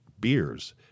beers